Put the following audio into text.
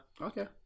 Okay